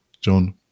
John